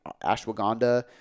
ashwagandha